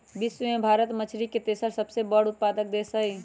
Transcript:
विश्व में भारत मछरी के तेसर सबसे बड़ उत्पादक देश हई